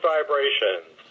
Vibrations